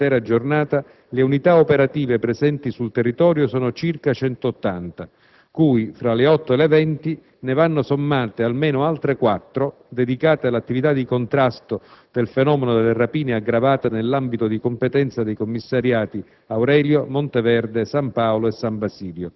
Pertanto, nell'arco complessivo di un'intera giornata, le unità operative presenti sul territorio sono circa 180, cui, fra le 8 e le 20, ne vanno sommate almeno altre quattro dedicate all'attività di contrasto del fenomeno delle rapine aggravate nell'ambito di competenza dei commissariati